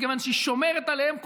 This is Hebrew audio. מכיוון שהיא שומרת עליהם,